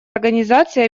организации